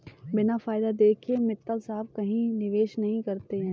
बिना फायदा देखे मित्तल साहब कहीं निवेश नहीं करते हैं